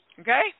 Okay